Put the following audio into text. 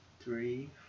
Three